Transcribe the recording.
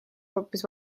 hoopis